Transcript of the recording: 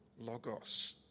logos